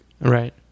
right